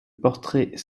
portrait